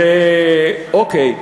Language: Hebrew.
אוקיי.